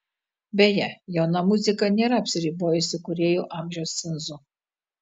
beje jauna muzika nėra apsiribojusi kūrėjų amžiaus cenzu